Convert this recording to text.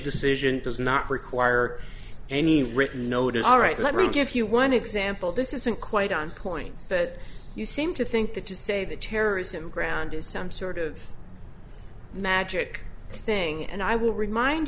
decision does not require any written notice alright let me give you one example this isn't quite on point that you seem to think that to say that terrorism ground is some sort of magic thing and i will remind